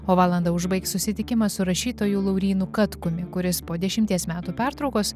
o valandą užbaigs susitikimas su rašytoju laurynu katkumi kuris po dešimties metų pertraukos